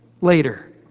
later